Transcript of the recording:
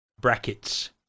brackets